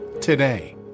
today